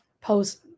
post